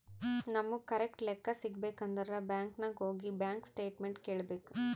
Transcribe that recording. ನಮುಗ್ ಕರೆಕ್ಟ್ ಲೆಕ್ಕಾ ಸಿಗಬೇಕ್ ಅಂದುರ್ ಬ್ಯಾಂಕ್ ನಾಗ್ ಹೋಗಿ ಬ್ಯಾಂಕ್ ಸ್ಟೇಟ್ಮೆಂಟ್ ಕೇಳ್ಬೇಕ್